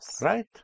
Right